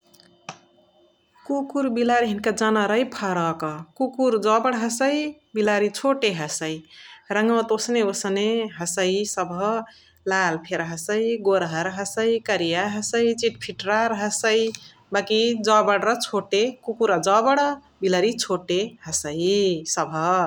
कुकुर बिलारी हिनिका जवरै फरक कुकुर जबड हसै बिलारी छोटे हसै । रङवा त ओसने ओसने हसै सभ लाल फेरी हसै, गोर्हर्, हसै, करिय हसै, चितफिटरार हसै । बकी जबणा र छोटे कुकुरा जबणा ह्बिलर्ही छोटे हसइ सबह ।